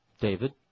David